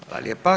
Hvala lijepa.